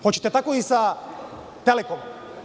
Hoćete tako i sa „Telekomom“